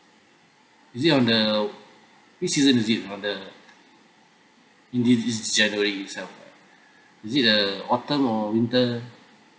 is it on the which season is it on the in this this january itself ah is it uh autumn or winter